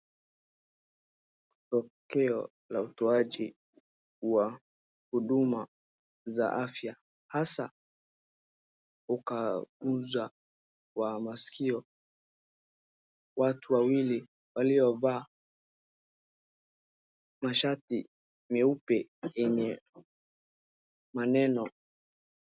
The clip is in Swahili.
Tokeo la utoaji wa huduma za afya hasa ukaguzi wa maskio. Watu wawili waliovaa mashati meupe yenye maneno.